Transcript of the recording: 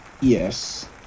Yes